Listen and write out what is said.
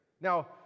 Now